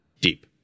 deep